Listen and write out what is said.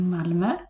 Malmö